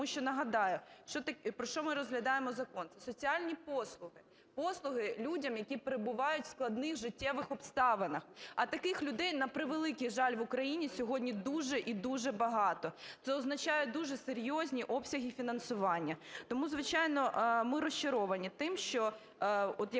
Тому що нагадаю, про що ми розглядаємо закон: це соціальні послуги, послуги людям, які перебувають у складних життєвих обставинах. А таких людей, на превеликий жаль, в Україні сьогодні дуже і дуже багато. Це означає дуже серйозні обсяги фінансування. Тому, звичайно, ми розчаровані тим, що